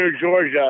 Georgia